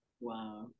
wow